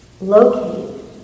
locate